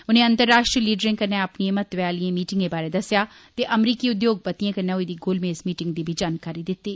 उनें अंतर्राष्ट्रीय लीडरें कन्नै अपनिएं महत्वै आलिएं मीटिंगे बारै दस्सेआ ते अमरीकी उद्योगपतिएं कन्नै होई दी गोलमेज मीटिंग दी बी जानकारी दिती